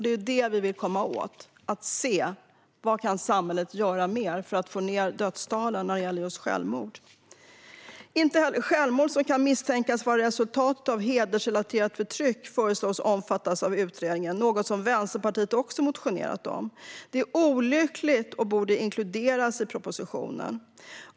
Det är det som vi vill komma åt genom att se vad samhället kan göra mer för att få ned dödstalen när det gäller självmord. Inte heller självmord som kan misstänkas vara resultat av hedersrelaterat förtryck föreslås omfattas av utredning, något som Vänsterpartiet också motionerat om. Det är olyckligt och borde inkluderas i propositionen.